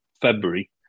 February